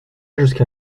jusqu’à